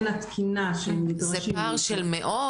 בין התקינה ש- -- זה פער של מאות,